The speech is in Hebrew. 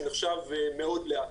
שזה נחשב למאוד לאט.